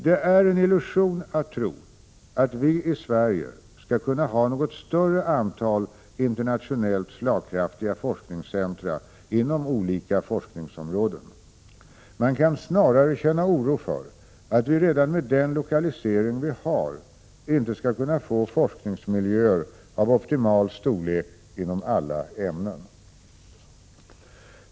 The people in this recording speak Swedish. Det är en illusion att tro att vi i Sverige skall kunna ha något större antal internationellt slagkraftiga forskningscentra inom olika forskningsområden. Man kan snarare känna oro för att vi, redan med den lokalisering vi har, inte skall kunna få forskningsmiljöer av optimal storlek inom alla ämnen.